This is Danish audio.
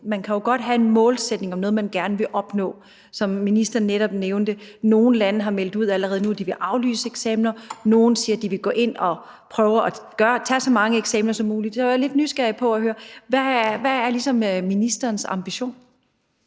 Man kan jo godt have en målsætning om noget, som man gerne vil opnå, som ministeren netop nævnte. Nogle lande har meldt ud allerede nu, at de vil aflyse eksamener, og nogle siger, at de vil gå ind og prøve at lade dem tage så mange eksamener som muligt. Så jeg er jo lidt nysgerrig på at høre: Hvad er ligesom ministerens ambition?